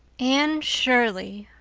anne shirley,